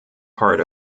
part